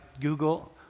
Google